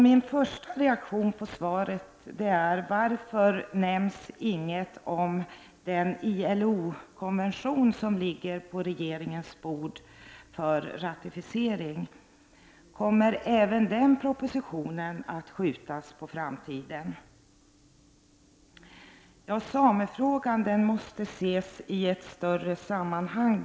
Min första reaktion på svaret är varför det inte nämns något om den ILO konvention som ligger på regeringens bord för ratificering. Kommer även den att skjutas på framtiden? Samefrågan måste ses i ett större sammanhang.